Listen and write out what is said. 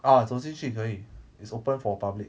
uh 走进去可以 it's open for public